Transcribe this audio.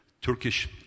Turkish